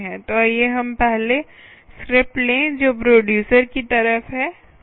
तो आइए हम पहले स्क्रिप्ट लें जो प्रोडयूसर की तरफ है और